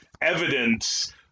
evidence